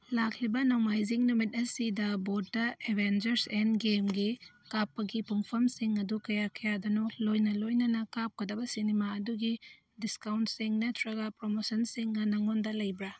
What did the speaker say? ꯂꯥꯛꯂꯤꯕ ꯅꯣꯡꯃꯥꯏꯖꯤꯡ ꯅꯨꯃꯤꯠ ꯑꯁꯤꯗ ꯕꯣꯔꯠꯇ ꯑꯦꯗꯚꯦꯟꯆꯔꯁ ꯑꯦꯟ ꯒꯦꯝꯒꯤ ꯀꯥꯞꯄꯒꯤ ꯄꯨꯡꯐꯝꯁꯤꯡ ꯑꯗꯨ ꯀꯌꯥ ꯀꯌꯥꯗꯅꯣ ꯂꯣꯏꯅ ꯂꯣꯏꯅꯅ ꯀꯥꯞꯀꯗꯕ ꯁꯤꯅꯦꯃꯥ ꯑꯗꯨꯒꯤ ꯗꯤꯁꯀꯥꯎꯟꯁꯤꯡ ꯅꯠꯇ꯭ꯔꯒ ꯄ꯭ꯔꯃꯣꯁꯟꯁꯤꯡꯒ ꯅꯉꯣꯟꯗ ꯂꯩꯕ꯭ꯔ